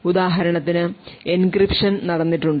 ഉദാഹരണത്തിന് എൻക്രിപ്ഷൻ നടന്നിട്ടുണ്ട്